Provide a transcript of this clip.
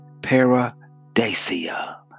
paradisia